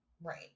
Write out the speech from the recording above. Right